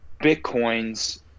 bitcoin's